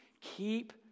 Keep